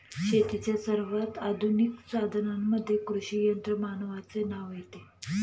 शेतीच्या सर्वात आधुनिक साधनांमध्ये कृषी यंत्रमानवाचे नाव येते